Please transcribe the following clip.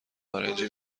نارنجی